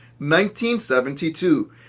1972